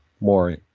more